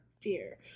Fear